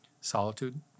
solitude